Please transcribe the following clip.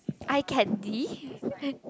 I can be